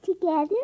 together